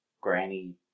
granny